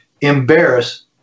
embarrass